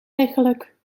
eigenlijk